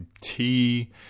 tea